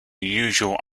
usual